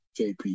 jp